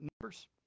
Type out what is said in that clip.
numbers